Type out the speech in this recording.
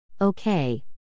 Okay